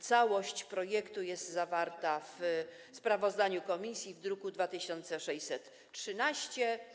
Całość projektu jest zawarta w sprawozdaniu komisji w druku nr 2613.